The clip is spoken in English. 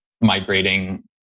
migrating